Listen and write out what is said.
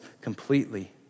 completely